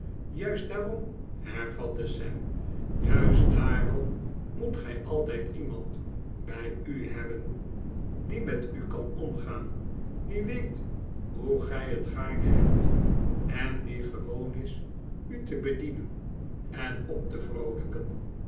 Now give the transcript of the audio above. juist daarom hervatte sam juist daarom moet gij altijd iemand bij u hebben die met u kan omgaan die weet hoe gij het gaarne hebt en die gewoon is u te bedienen en op te vroolijken